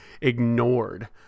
ignored